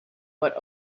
but